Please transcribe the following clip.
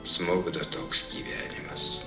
smukdo toks gyvenimas